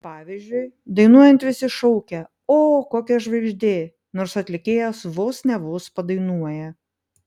pavyzdžiui dainuojant visi šaukia o kokia žvaigždė nors atlikėjas vos ne vos padainuoja